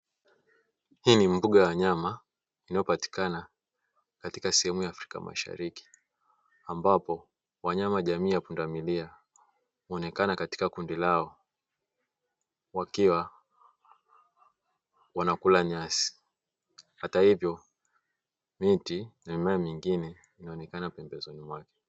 Hii ni mbuga ya wanyama inayopatikana katika sehemu ya Afrika mashariki, ambapo wanyama jamii ya pundamilia huonekana katika kundi lao wakiwa wanakula nyasi. Hata hivyo miti ya mimea mingine inaonekana pembezoni mwake.